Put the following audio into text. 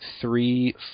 three